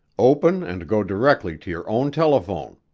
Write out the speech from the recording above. open and go directly to your own telephone.